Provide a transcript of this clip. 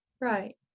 right